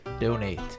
donate